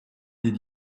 did